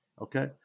Okay